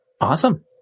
Awesome